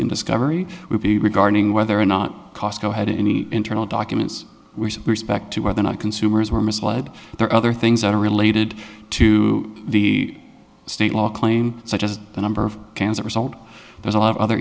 discovery would be regarding whether or not costco had any internal documents we should respect to whether or not consumers were misled there are other things unrelated to the state law claim such as the number of cancer result there's a lot of other